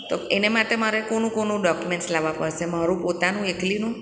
તો એને માટે મારે કોનું કોનું ડોક્યુમેન્ટ્સ લાવવા પડશે મારું પોતાનું એકલીનું